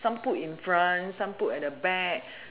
some put in front some put at the back